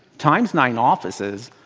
times nine offices.